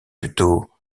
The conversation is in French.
plutôt